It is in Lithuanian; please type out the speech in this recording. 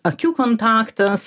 akių kontaktas